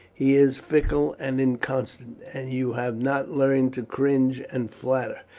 he is fickle and inconstant, and you have not learned to cringe and flatter,